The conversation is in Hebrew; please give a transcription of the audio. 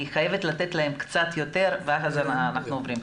חייבת לתת להם קצת יותר ואז אנחנו עוברים.